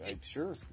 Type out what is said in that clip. Sure